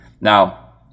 Now